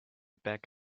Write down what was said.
back